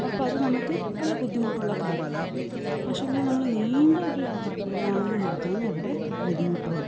അപ്പോള് അത് നമുക്ക് വല്ല ബുദ്ധിമുട്ടുള്ള കാര്യമല്ല പക്ഷെ എന്താണ് നമ്മള് നീണ്ട ഒരു യാത്ര പോകുന്നതാണെങ്കിൽ മാത്രമേ അവിടെ ബുദ്ധിമുട്ടുള്ളൂ